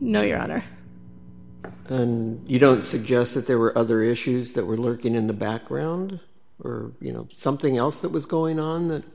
know your honor and you know it suggests that there were other issues that were looking in the background or you know something else that was going on that